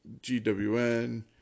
GWN